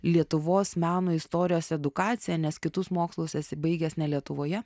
lietuvos meno istorijos edukacija nes kitus mokslus esi baigęs ne lietuvoje